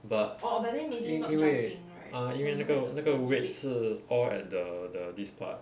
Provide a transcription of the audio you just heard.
but 因因为 ah 因为那个那个 weight 是 all at the the this part